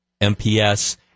MPS